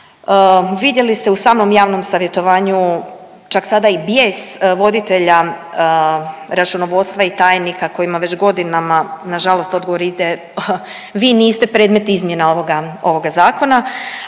Vidjeli ste u samom javnom savjetovanju čak sada i bijes voditelja računovodstva i tajnika kojima već godinama na žalost odgovor ide vi niste predmet izmjena ovoga zakona,